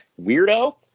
weirdo